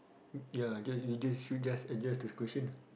ya I guess you just should just adjust the question ah